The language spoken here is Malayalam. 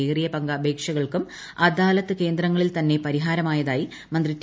ഏറിയ പങ്ക് അപേക്ഷകൾക്കും അദാലത്ത് കേന്ദ്രങ്ങളിൽ തന്നെ പരിഹാരമായതായി മന്ത്രി ടി